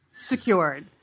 secured